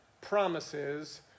promises